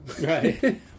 Right